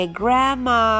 grandma